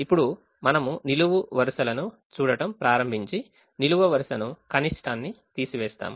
ఇప్పుడు మనము నిలువు వరుసలను చూడటం ప్రారంభించి నిలువు వరుసను కనిష్టాన్ని తీసివేస్తాము